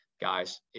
guys